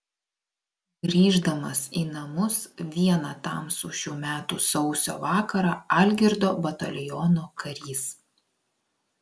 grįždamas į namus vieną tamsų šių metų sausio vakarą algirdo bataliono karys